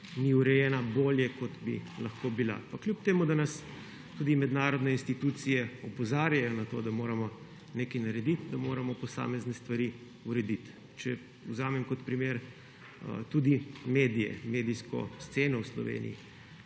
ni urejena bolje, kot bi lahko bila. Pa čeprav nas tudi mednarodne institucije opozarjajo na to, da moramo nekaj narediti, da moramo posamezne stvari urediti. Če vzamem kot primer tudi medije, medijsko sceno v Sloveniji,